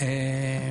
קק״ל.